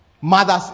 Mothers